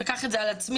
אקח את זה על עצמי,